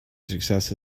success